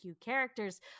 characters